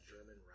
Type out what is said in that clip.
German